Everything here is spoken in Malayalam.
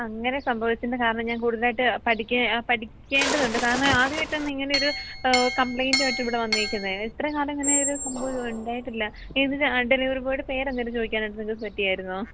അങ്ങനെ സംഭവിച്ചതിൻ്റെ കാരണം ഞാൻ കൂടുതലായിട്ട് പഠിക്കേണ്ടതുണ്ട് കാരണം ആദ്യമായിട്ടാണ് ഇങ്ങനെയൊരു കംപ്ലയിന്റുമായിട്ട് ഇവിടെ വന്നിരിക്കുന്നത് ഇത്രയും കാലം ഇങ്ങനെയൊരു സംഭവം ഇവിടെയുണ്ടായിട്ടില്ല ഏത് ഡെലിവറി ബോയിയുടെ പേരെന്തെങ്കിലും ചോദിക്കാനായിട്ട് നിങ്ങൾക്ക് പറ്റിയായിരുന്നോ